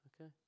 Okay